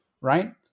Right